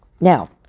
Now